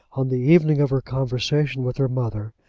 on the evening of her conversation with her mother,